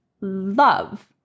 love